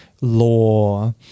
law